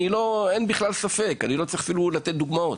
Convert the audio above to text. אני בכלל לא צריך לתת דוגמאות.